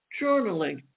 Journaling